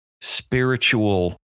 spiritual